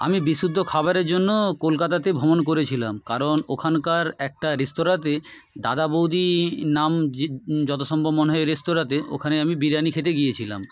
আমি বিশুদ্ধ খাবারের জন্য কলকাতাতে ভ্রমণ করেছিলাম কারণ ওখানকার একটা রেস্তরাঁতে দাদা বৌদি নাম যে যত সম্ভব মনে হয় রেস্তরাঁতে ওখানে আমি বিরিয়ানি খেতে গিয়েছিলাম